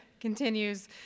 continues